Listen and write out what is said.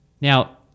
Now